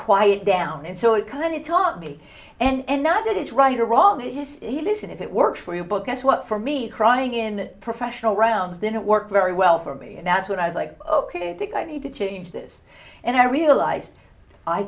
quiet down and so it kind of taught me and now that it is right or wrong it is listen if it works for you but guess what for me crying in professional rounds didn't work very well for me and that's when i was like ok i think i need to change this and i realized i